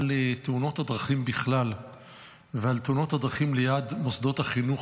לתאונות הדרכים בכלל ולתאונות הדרכים ליד מוסדות החינוך,